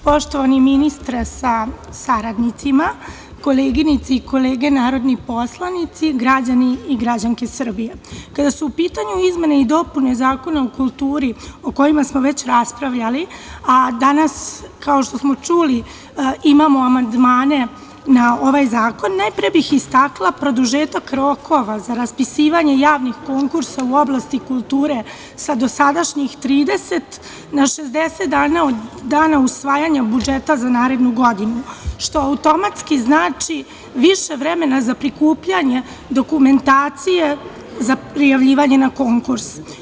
Poštovani ministre sa saradnicima, koleginice i kolege narodni poslanici, građani i građanke Srbije, kada su u pitanju izmene i dopune Zakona o kulturi o kojima smo već raspravljali, a danas kao što smo čuli imamo amandmane na ovaj zakon, najpre bih istakla produžetak rokova za raspisivanje javnih konkursa u oblasti kulture sa dosadašnjih 30 na 60 dana od dana usvajanja budžeta za narednu godinu, što automatski znači više vremena za prikupljanje dokumentacije za prijavljivanje na konkurs.